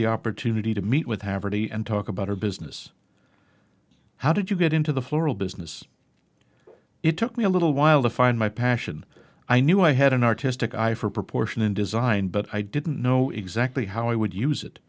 the opportunity to meet with haverty and talk about her business how did you get into the floral business it took me a little while to find my passion i knew i had an artistic eye for proportion in design but i didn't know exactly how i would use it